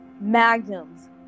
Magnums